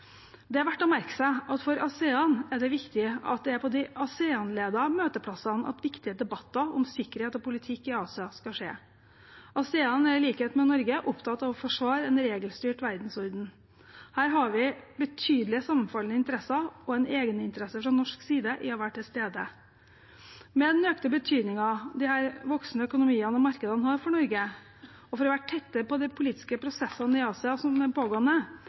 Det er verdt å merke seg at for ASEAN er det viktig at det er på de ASEAN-ledede møteplassene at viktige debatter om sikkerhet og politikk i Asia skal skje. ASEAN er i likhet med Norge opptatt av å forsvare en regelstyrt verdensorden. Her har vi betydelig sammenfallende interesser og en egeninteresse fra norsk side av å være til stede. Med den økte betydningen disse voksende økonomiene og markedene har for Norge, og for å være tettere på de pågående politiske prosessene i Asia,